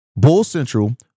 BULLCENTRAL